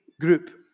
group